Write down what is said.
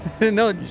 No